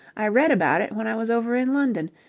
i read about it when i was over in london.